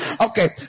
Okay